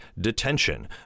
detention